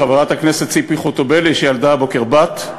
לחברת הכנסת ציפי חוטובלי שילדה הבוקר בת.